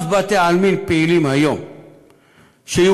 היום בתי-עלמין פעילים שהוגדרו